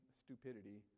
stupidity